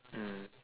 mm